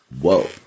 Whoa